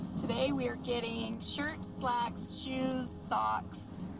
today we are getting shirts, slacks, shoes, socks,